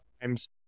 times